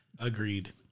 Agreed